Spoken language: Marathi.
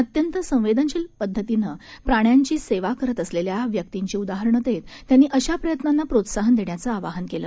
अत्यंतसंवेदनशीलतेनंप्राण्यांचीसेवाकरतअसलेल्याव्यक्तींचीउदाहरणंदेतत्यांनीअशाप्रयत्नांनाप्रोत्साहनदेण्याचंआवाहनकेलं